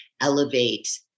elevate